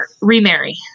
remarry